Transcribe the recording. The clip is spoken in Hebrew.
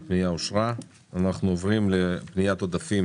הצבעה הפנייה אושרה אנחנו עוברים לפניית עודפים